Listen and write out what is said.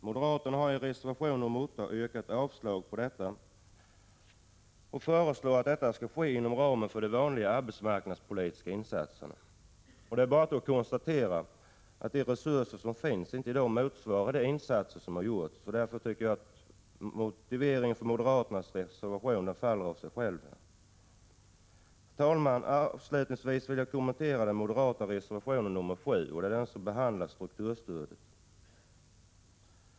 Moderaterna har i reservation nr 8 yrkat avslag och föreslår att verksamheten skall ske inom ramen för de vanliga arbetsmarknadspolitiska insatserna. Det är bara att konstatera att de resurser som finns inte motsvarar de insatser som gjorts, så därför faller motiveringen för moderaternas reservation av sig själv. Herr talman! Avslutningsvis vill jag kommentera den moderata reservationen 7, som behandlar strukturstödet.